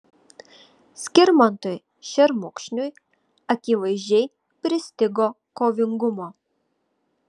skirmantui šermukšniui akivaizdžiai pristigo kovingumo